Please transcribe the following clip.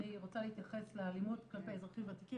אני רוצה להתייחס לאלימות כלפי אזרחים ותיקים,